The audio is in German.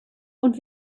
und